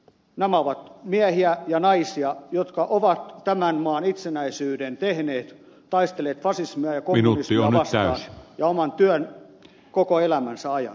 nämä ovat miehiä ja naisia jotka ovat tämän maan itsenäisyyden tehneet taistelleet fasismia ja kommunismia vastaan ja tehneet omaa työtään koko elämänsä ajan